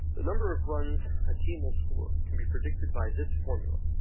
the number of runs a team will score can be predicted by this formula.